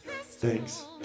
Thanks